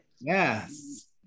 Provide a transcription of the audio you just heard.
Yes